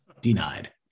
denied